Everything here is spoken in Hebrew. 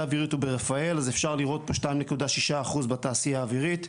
אווירית ורפאל אז אפשר לראות 2.6% בתעשייה האווירית,